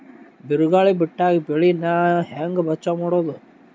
ಬಿರುಗಾಳಿ ಬಿಟ್ಟಾಗ ಬೆಳಿ ನಾ ಹೆಂಗ ಬಚಾವ್ ಮಾಡೊದು?